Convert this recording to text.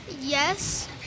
Yes